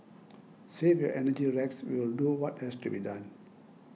save your energy Rex we'll do what has to be done